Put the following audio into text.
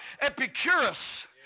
Epicurus